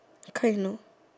kind of